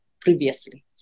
previously